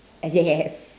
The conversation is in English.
ah yes